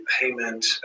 payment